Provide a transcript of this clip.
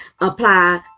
apply